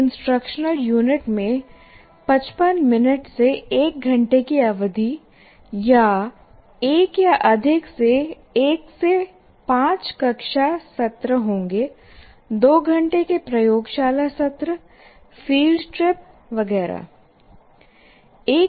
एक instructional unit में 55 मिनट से 1 घंटे की अवधि या एक या अधिक के 1 से 5 कक्षा सत्र होंगे दो घंटे के प्रयोगशाला सत्र फील्ड ट्रिप वगैरह